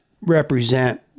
represent